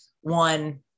one